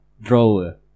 drawer